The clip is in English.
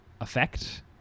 effect